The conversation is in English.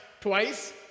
twice